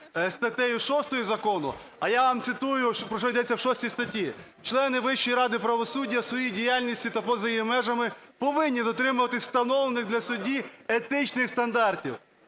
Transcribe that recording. статтею 6 закону, а я вам цитую, про що йдеться в 6 статті. "Члени Вищої ради правосуддя у своїй діяльності та поза її межами повинні дотримуватися встановлених для судді етичних стандартів".